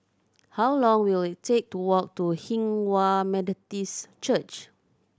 how long will it take to walk to Hinghwa Methodist Church